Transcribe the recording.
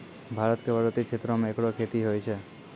भारत क पर्वतीय क्षेत्रो म एकरो खेती होय छै